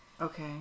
Okay